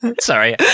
Sorry